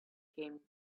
came